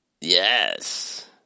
Yes